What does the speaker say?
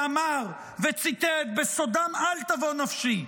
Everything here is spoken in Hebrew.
ואמר וציטט "בסֹדם אל תבֹא נפשי,